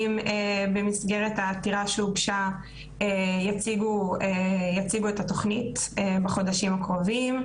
במסגרת העתירה שהוגשה המשרדים יציגו את התוכנית בחודשים הקרובים.